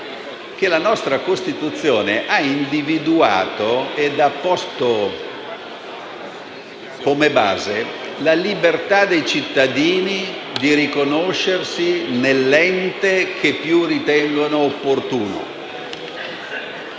che la nostra Costituzione ha individuato e ha posto come base la libertà dei cittadini di riconoscersi nell'ente che più ritengono opportuno.